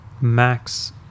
max